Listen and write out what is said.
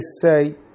say